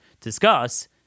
discuss